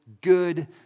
good